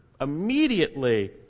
immediately